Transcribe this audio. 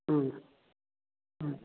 ꯎꯝ ꯎꯝ